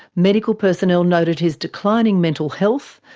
medical personnel noted his declining mental health,